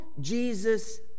Jesus